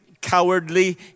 cowardly